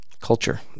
culture